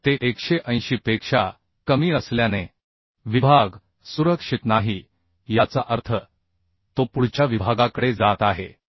तर ते 180 पेक्षा कमी असल्यानेविभाग सुरक्षित नाही याचा अर्थ तो पुढच्या विभागाकडे जात आहे